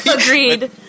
Agreed